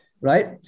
right